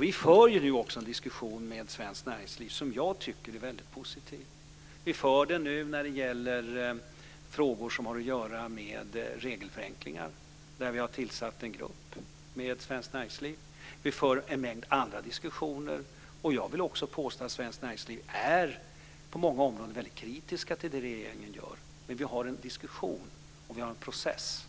Vi för nu också en diskussion med svenskt näringsliv som jag tycker är väldigt positiv. Vi för diskussioner om frågor som har att göra med regelförenklingar, där vi har tillsatt en grupp med svenskt näringsliv. Vi för också en mängd andra diskussioner. Jag vill påstå att svenskt näringsliv på många områden är väldigt kritiskt till det regeringen gör, men vi har en diskussion och vi har en process.